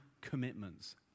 commitments